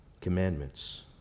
Commandments